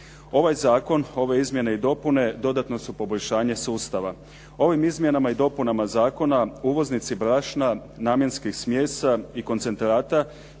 Ovaj zakon, ove izmjene i dopune dodatno su poboljšanje sustava. Ovim izmjenama i dopunama zakona uvoznici brašna namjenskih smjesa i koncentrata